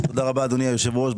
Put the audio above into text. תודה רבה, אדוני היושב-ראש.